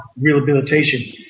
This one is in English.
rehabilitation